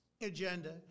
...agenda